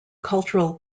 cultural